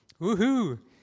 Woohoo